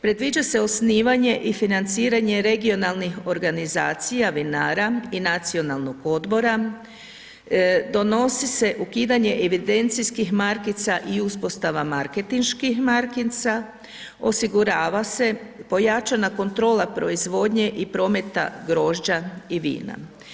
Predviđa se osnivanje i financiranje regionalnih organizacija, vinara i nacionalnog odbora, donosi se ukidanje evidencijskih markica i uspostava marketinških markica, osigurava se pojačana kontrola proizvodnje i prometa grožđa i vina.